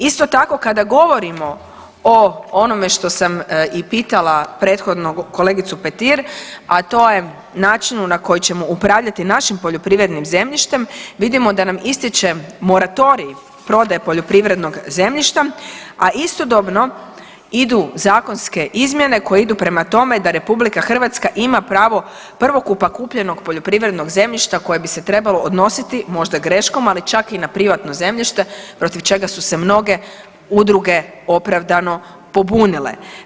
Isto tako kada govorimo o onome što sam i pitala prethodno kolegicu Petir, a to je načinu na koji ćemo upravljati našim poljoprivrednim zemljištem vidimo da nam istječe moratorij prodaje poljoprivrednog zemljišta, a istodobno idu zakonske izmjene koje idu prema tome da Republika Hrvatska ima pravo prvokupa kupljenog poljoprivrednog zemljišta koje bi se trebalo odnositi možda greškom, ali čak i na privatno zemljište protiv čega su se mnoge udruge opravdano pobunile.